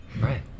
Right